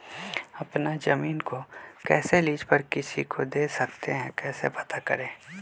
अपना जमीन को कैसे लीज पर किसी को दे सकते है कैसे पता करें?